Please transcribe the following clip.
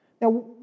Now